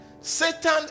Satan